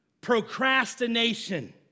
procrastination